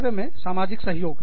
कार्य में सामाजिक सहयोग